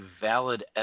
valid